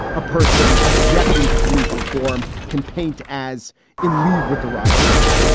a person objecting to police reform can paint as in league with the rioters.